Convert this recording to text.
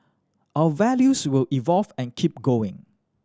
our values will evolve and keep going